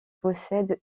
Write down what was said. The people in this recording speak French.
possède